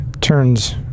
turns